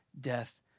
death